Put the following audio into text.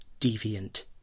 deviant